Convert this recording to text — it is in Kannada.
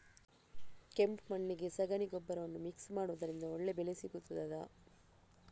ಕೆಂಪು ಮಣ್ಣಿಗೆ ಸಗಣಿ ಗೊಬ್ಬರವನ್ನು ಮಿಕ್ಸ್ ಮಾಡುವುದರಿಂದ ಒಳ್ಳೆ ಬೆಳೆ ಸಿಗುತ್ತದಾ?